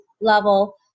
level